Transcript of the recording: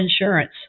insurance